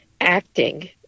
acting